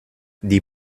die